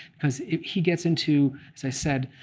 because he gets into, as i said,